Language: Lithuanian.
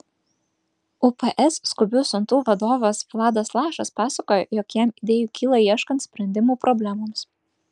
ups skubių siuntų vadovas vladas lašas pasakoja jog jam idėjų kyla ieškant sprendimų problemoms